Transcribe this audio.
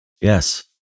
yes